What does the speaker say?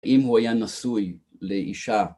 אם הוא היה נשוי לאישה.